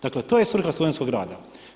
Dakle to je svrha studentskog rada.